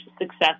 success